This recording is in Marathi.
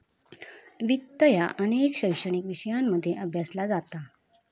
वित्त ह्या अनेक शैक्षणिक विषयांमध्ये अभ्यासला जाता